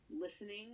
listening